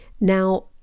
Now